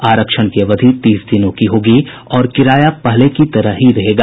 आरक्षण की अवधि तीस दिनों की होगी और किराया पहले की तरह ही रहेगा